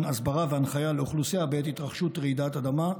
הסברה והנחיה לאוכלוסייה בעת התרחשות רעידת אדמה.